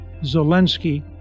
Zelensky